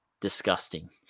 disgusting